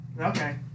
Okay